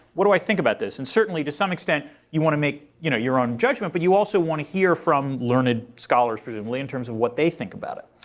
what do i think about this? and certainly to some extent, you want to make you know your own judgment. but you also want to hear from learned scholars presumably in terms of what they think about it.